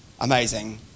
amazing